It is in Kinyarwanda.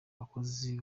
bakozi